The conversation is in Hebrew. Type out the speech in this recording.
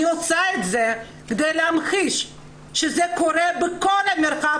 אני עושה את זה כדי להמחיש שזה קורה בכל המרחב